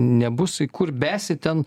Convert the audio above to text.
nebus į kur besi ten